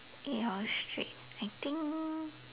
eight hours straight I think